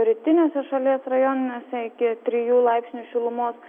rytiniuose šalies rajonuose iki trijų laipsnių šilumos